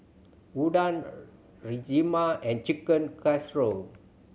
Udon Rajma and Chicken Casserole